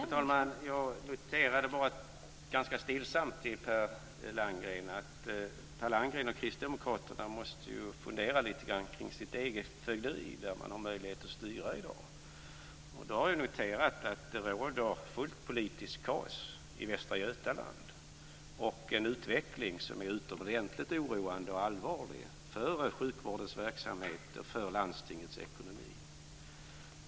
Fru talman! Jag noterade bara ganska stillsamt att Per Landgren kristdemokraterna ju måste fundera lite grann kring sitt eget fögderi där man har möjlighet att styra i dag. Då har jag noterat att det råder fullt politiskt kaos i Västra Götaland. Utvecklingen för sjukvårdens verksamhet och för landstingets ekonomi är utomordentligt oroande och allvarlig.